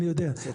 אני יודע.